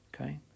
Okay